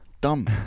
Dumb